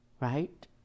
Right